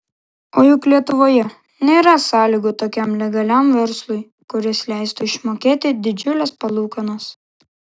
o juk lietuvoje nėra sąlygų tokiam legaliam verslui kuris leistų išmokėti didžiules palūkanas